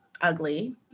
ugly